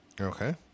Okay